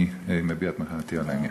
אני מביע את מחאתי על העניין.